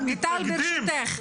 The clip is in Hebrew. מיטל, ברשותך.